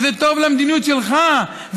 וזה טוב למדיניות שלך,